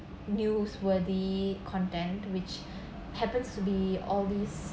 newsworthy content which happens to be always